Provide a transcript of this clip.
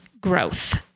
growth